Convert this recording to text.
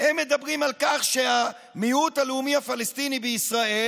מדברות על כך שהמיעוט הלאומי הפלסטיני בישראל